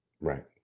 Right